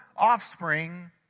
offspring